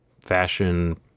fashion